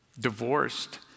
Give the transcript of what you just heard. divorced